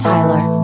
Tyler